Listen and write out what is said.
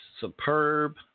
superb